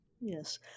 Yes